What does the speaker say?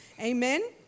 Amen